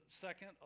second